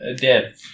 dead